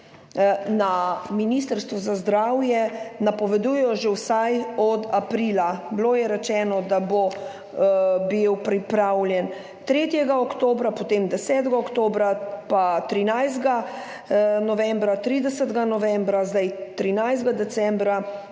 na ministrstvu za zdravje napovedujejo že vsaj od aprila. Rečeno je bilo, da bo bil pripravljen 3. oktobra, potem 10. oktobra, pa 13. novembra, 30. novembra, zdaj 13. decembra,